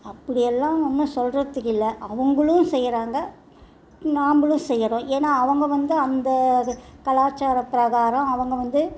அப்படியெல்லாம் ஒன்றும் சொல்கிறதுக்கு இல்லை அவங்களும் செய்கிறாங்க நாம்மளும் செய்கிறோம் ஏன்னா அவங்க வந்து அந்த கலாச்சாரம் பிரகாரம் அவங்க வந்து